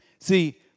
See